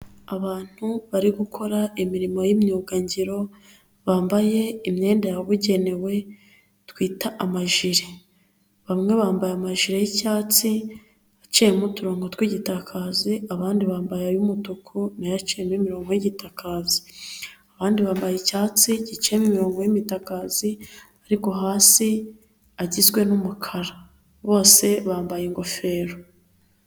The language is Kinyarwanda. Abantu bari gukora imirimo y'imyugangiro, bambaye imyenda yabugenewe, twita amajire. Bamwe bambaye amajire y'icyatsi aciyemo uturongo tw'igitakazi, abandi bambaye ay'umutuku nayo acimo imirongo y'igitakazi. Abandi bambaye icyatsi giciyemo imirongo y'igitakazi, ariko hasi agizwe n'umukara. Bose bambaye ingofero.